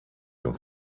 your